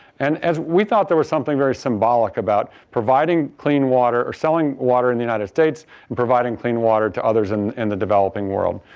and, as we thought there was something very symbolic about providing clean water or selling water in the united states and providing clean water to others and in the developing world.